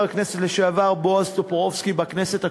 הכנסת לשעבר בועז טופורובסקי בכנסת הקודמת.